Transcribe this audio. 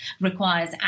requires